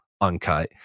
uncut